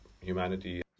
humanity